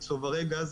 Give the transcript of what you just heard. מצוברי גז,